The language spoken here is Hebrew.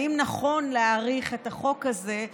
האם נכון להאריך את החוק הזה,